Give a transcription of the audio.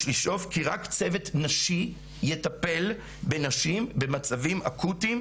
לשאוף כי רק צוות נשי יטפל בנשים במצבים אקוטיים,